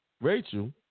Rachel